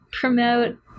promote